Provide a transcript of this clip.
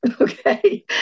Okay